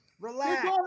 Relax